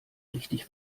richtig